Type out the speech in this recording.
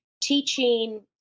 teaching